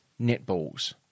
netballs